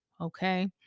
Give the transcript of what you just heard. okay